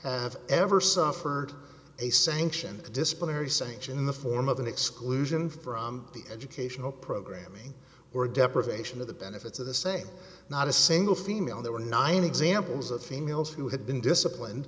have ever suffered a sanction disciplinary sanction in the form of an exclusion from the educational programming or deprivation of the benefits of the same not a single female there were nine examples of females who had been disciplined